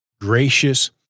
gracious